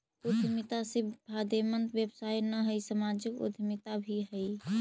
उद्यमिता सिर्फ फायदेमंद व्यवसाय न हई, सामाजिक उद्यमिता भी हई